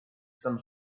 some